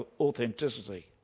authenticity